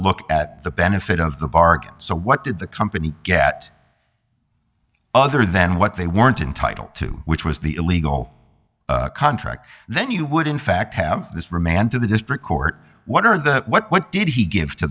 look at the benefit of the bargain so what did the company get other than what they weren't entitled to which was the illegal contract then you would in fact have this remand to the district court what are the what did he give to